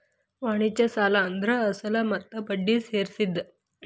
ವಾಣಿಜ್ಯ ಸಾಲ ಅಂದ್ರ ಅಸಲ ಮತ್ತ ಬಡ್ಡಿ ಸೇರ್ಸಿದ್